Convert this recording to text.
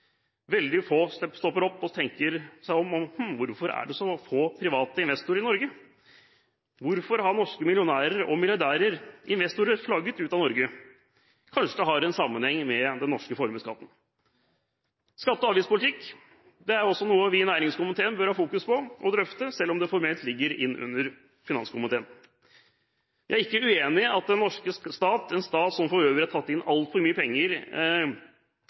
Veldig få stopper opp og tenker: Hvorfor er det så få private investorer i Norge? Hvorfor har norske millionærer, milliardærer og investorer flagget ut av Norge? Kanskje det kan ha en sammenheng med den norske formuesskatten? Skatte- og avgiftspolitikk er også noe vi i næringskomiteen bør fokusere på og drøfte, selv om det formelt sett ligger under finanskomiteen. Jeg er ikke uenig i at den norske stat – en stat som for øvrig har tatt inn altfor mye penger